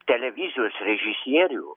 televizijos režisierių